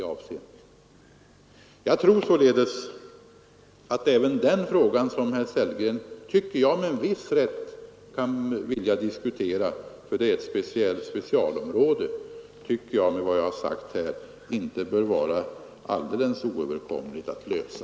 Jag tror således att inte heller den frågan som herr Sellgren kan vilja diskutera — med viss rätt, tycker jag, eftersom det gäller ett specialområde — bör vara alldeles omöjlig att lösa.